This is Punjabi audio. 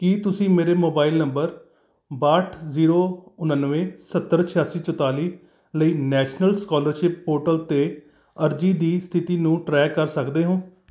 ਕੀ ਤੁਸੀਂ ਮੇਰੇ ਮੋਬਾਈਲ ਨੰਬਰ ਬਾਹਠ ਜ਼ੀਰੋ ਉਣਾਨਵੇਂ ਸੱਤਰ ਛਿਆਸੀ ਚੁਤਾਲੀ ਲਈ ਨੈਸ਼ਨਲ ਸਕਾਲਰਸ਼ਿਪ ਪੋਰਟਲ 'ਤੇ ਅਰਜ਼ੀ ਦੀ ਸਥਿਤੀ ਨੂੰ ਟਰੈਕ ਕਰ ਸਕਦੇ ਹੋ